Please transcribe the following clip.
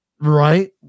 right